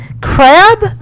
Crab